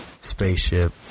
Spaceship